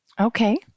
Okay